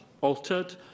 altered